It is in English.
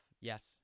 yes